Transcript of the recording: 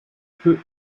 peu